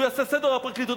שהוא יעשה סדר בפרקליטות,